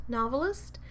novelist